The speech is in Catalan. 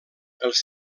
els